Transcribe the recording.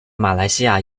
马来西亚